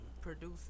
producing